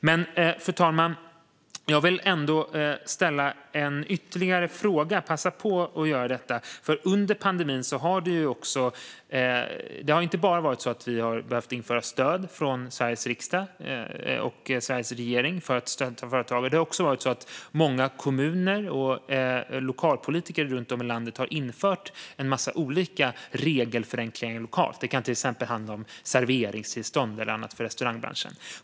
Fru talman! Jag vill ändå passa på att ställa ytterligare en fråga. Under pandemin har det inte bara varit så att Sveriges riksdag och Sveriges regering har behövt införa stöd för att stötta företag, utan det har också varit så att många kommuner och lokalpolitiker runt om i landet har infört en mängd olika regelförenklingar lokalt. Det kan till exempel handla om serveringstillstånd eller annat för restaurangbranschen.